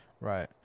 Right